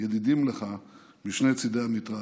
ידידים משני צידי המתרס.